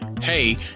hey